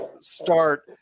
start